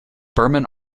berman